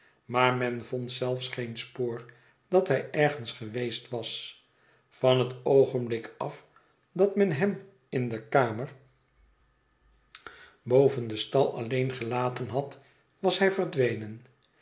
maar men vond zelfs geen spoor dat hij ergens geweest was van het oogenblik af dat men hem in de kamer boven en hij